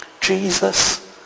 Jesus